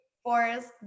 forest